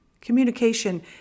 Communication